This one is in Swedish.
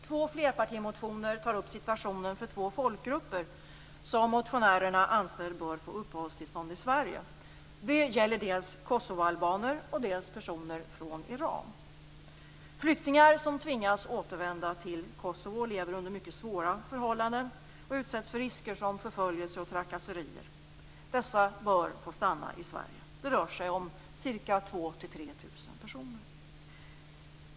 Två flerpartimotioner tar upp situationen för två folkgrupper som motionärerna anser bör få uppehållstillstånd i Sverige. Det gäller dels kosovoalbaner, dels personer från Iran. Flyktingar som tvingas återvända till Kosovo lever under mycket svåra förhållanden och utsätts för risker som förföljelse och trakasserier. Dessa bör få stanna i Sverige. Det rör sig om 2000-3000 personer.